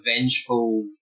vengeful